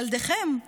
ילדיכם,